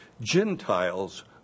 Gentiles